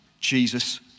Jesus